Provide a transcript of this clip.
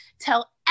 Tell